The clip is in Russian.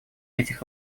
этих